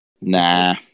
Nah